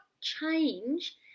change